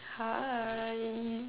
hi